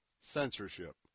censorship